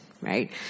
right